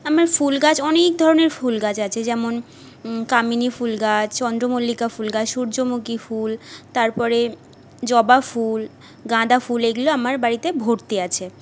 আমার ফুল গাছ অনেক ধরনের ফুল গাছ আছে যেমন কামিনী ফুল গাছ চন্দ্রমল্লিকা ফুল গাছ সুর্যমুখী ফুল তারপরে জবা ফুল গাঁদা ফুল এইগুলো আমার বাড়িতে ভর্তি আছে